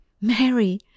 Mary